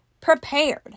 prepared